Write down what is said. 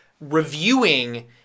reviewing